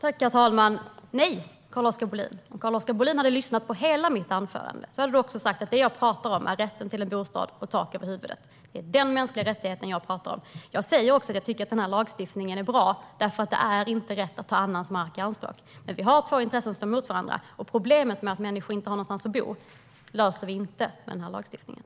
Herr talman! Nej, Carl-Oskar Bohlin. Om Carl-Oskar Bohlin hade lyssnat på hela mitt anförande hade han hört att det jag talar om är rätten till en bostad, till tak över huvudet. Det är den mänskliga rättigheten jag talar om. Jag säger också att jag tycker att den här lagstiftningen är bra, för det är inte rätt att ta annans mark i anspråk. Men vi har två intressen som står mot varandra, och problemet med att människor inte har någonstans att bo löser vi inte med den här lagstiftningen.